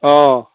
অঁ